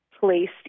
placed